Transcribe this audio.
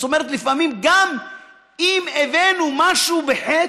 זאת אומרת, לפעמים, גם אם הבאנו משהו בחטא,